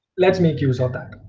let's make use of that.